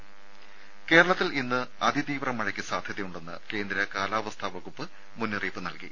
രുമ കേരളത്തിൽ ഇന്ന് അതി തീവ്ര മഴയ്ക്ക് സാധ്യതയുണ്ടെന്ന് കേന്ദ്ര കാലാവസ്ഥാ വകുപ്പ് മുന്നറിയിപ്പ് നൽകി